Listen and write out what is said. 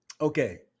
Okay